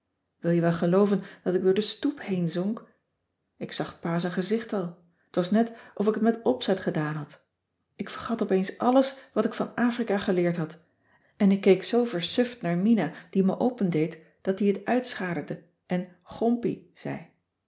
wil je wel gelooven dat ik door den stoep heenzonk ik zag pa z'n gezicht al t was net of ik het met opzet gedaan had ik vergat opeens alles wat ik van afrika geleerd had en ik keek zoo versuft naar mina die me opendeed dat die het uitschaterde en gompie zei